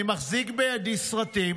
אני מחזיק בידי סרטים